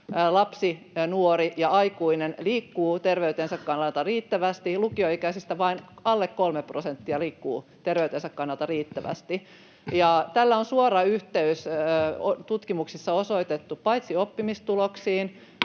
lapsi, nuori ja aikuinen liikkuu terveytensä kannalta riittävästi — lukioikäisistä vain alle kolme prosenttia liikkuu terveytensä kannalta riittävästi. Tällä on tutkimuksissa osoitettu suora yhteys paitsi oppimistuloksiin,